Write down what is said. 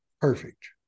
perfect